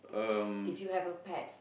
if you have a pet